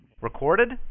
Recorded